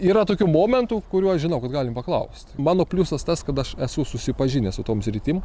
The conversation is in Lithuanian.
yra tokių momentų kuriuos žinau kad galima paklaust mano pliusas tas kad aš esu susipažinęs su tom sritim